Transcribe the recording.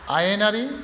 आयेनारि